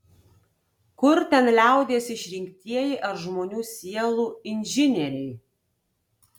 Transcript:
kur ten liaudies išrinktieji ar žmonių sielų inžinieriai